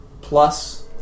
plus